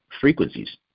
frequencies